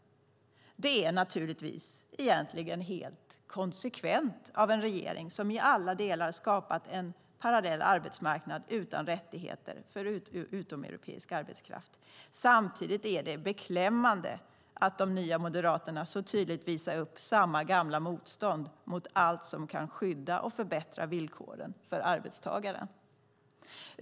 Det är naturligtvis egentligen helt konsekvent av en regering som i alla delar har skapat en parallell arbetsmarknad utan rättigheter för utomeuropeisk arbetskraft. Samtidigt är det beklämmande att de nya moderaterna så tydligt visar upp samma gamla motstånd mot allt som kan skydda och förbättra villkoren för arbetstagaren.